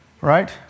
right